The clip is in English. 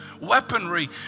weaponry